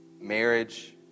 marriage